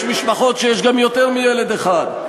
יש משפחות שיש בהן גם יותר מילד אחד.